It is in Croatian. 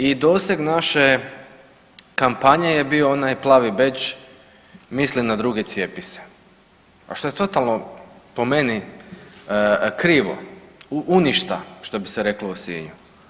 I doseg naše kampanje je bio onaj plavi bedž „Misli na druge, cijepi se“, a što je totalno po meni krivo, uništa, što bi se reklo u Sinju.